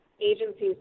agencies